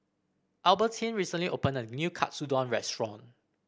Albertine recently opened a new Katsudon restaurant